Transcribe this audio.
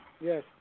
Yes